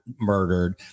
murdered